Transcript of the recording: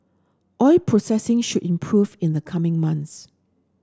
oil processing should improve in the coming months